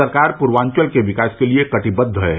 सरकार पूर्वांचल के विकास के लिए कटिबद्द है